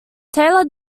taylor